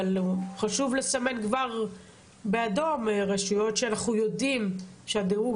אבל חשוב כבר לסמן באדום רשויות שאנחנו יודעים שדירוג